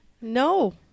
No